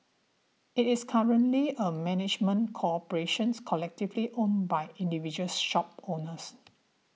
it is currently a management corporations collectively owned by individual's shop owners